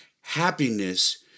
happiness